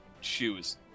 choose